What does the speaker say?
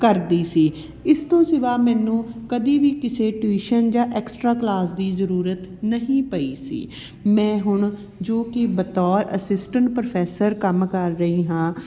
ਕਰਦੀ ਸੀ ਇਸ ਤੋਂ ਸਿਵਾ ਮੈਨੂੰ ਕਦੀ ਵੀ ਕਿਸੇ ਟਿਊਸ਼ਨ ਜਾਂ ਐਕਸਟਰਾ ਕਲਾਸ ਦੀ ਜ਼ਰੂਰਤ ਨਹੀਂ ਪਈ ਸੀ ਮੈਂ ਹੁਣ ਜੋ ਕਿ ਬਤੌਰ ਅਸਿਸਟੈਂਟ ਪ੍ਰੋਫ਼ੈਸਰ ਕੰਮ ਕਰ ਰਹੀ ਹਾਂ